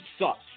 sucks